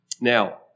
Now